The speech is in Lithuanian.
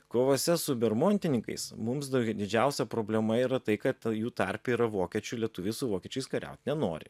kovose su bermontininkais mums didžiausia problema yra tai kad tarpe yra vokiečių lietuviai su vokiečiais kariaut nenori